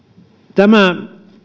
tämä